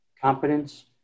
competence